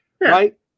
right